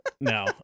no